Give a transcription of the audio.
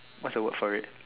what's a word for it